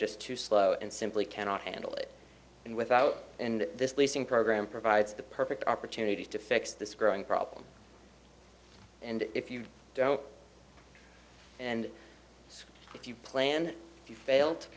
just too slow and simply cannot handle it and without and this leasing program provides the perfect opportunity to fix this growing problem and if you don't and if you plan you fail to